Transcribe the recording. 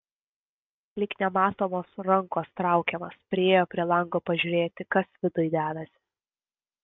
lyg nematomos rankos traukiamas priėjo prie lango pažiūrėti kas viduj dedasi